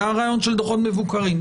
זה הרעיון של דוחות מבוקרים.